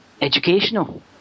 educational